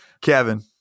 Kevin